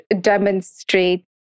demonstrate